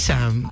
Sam